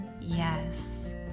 Yes